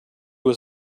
was